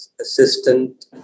assistant